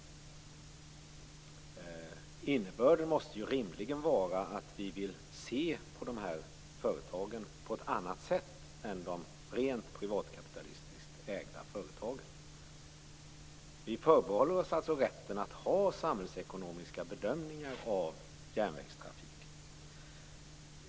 Innebörden måste rimligen vara att vi vill se på de här företagen på ett annat sätt jämfört med de rent privatkapitalistiskt ägda företagen. Vi förbehåller oss alltså rätten att göra samhällsekonomiska bedömningar av järnvägstrafiken.